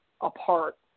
apart